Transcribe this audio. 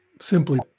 simply